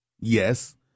Yes